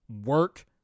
work